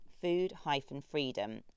food-freedom